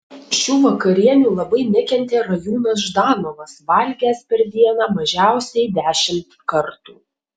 šių vakarienių labai nekentė rajūnas ždanovas valgęs per dieną mažiausiai dešimt kartų